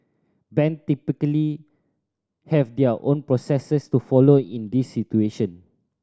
bank typically have their own processes to follow in these situation